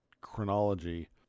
chronology